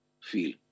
feel